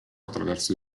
attraverso